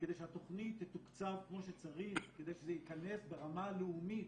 כדי שהתוכנית תתוקצב כמו שצריך כדי שזה יכנס באמת ברמה הלאומית,